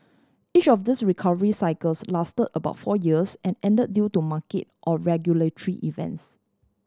each of these recovery cycles last about four years and end due to market or regulatory events